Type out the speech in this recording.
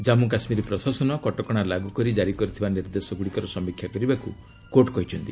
ଜାନ୍ମୁ କାଶ୍ମୀର ପ୍ରଶାସନ କଟକଣା ଲାଗୁ କରି ଜାରି କରିଥିବା ନିର୍ଦ୍ଦେଶଗୁଡ଼ିକର ସମୀକ୍ଷା କରିବାକୁ କୋର୍ଟ କହିଛନ୍ତି